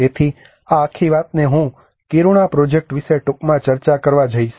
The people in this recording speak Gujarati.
તેથી આ આખી વાતને હું કિરુણા પ્રોજેક્ટ વિશે ટૂંકમાં ચર્ચા કરવા જઇશ